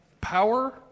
Power